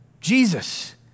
Jesus